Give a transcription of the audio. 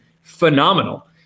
phenomenal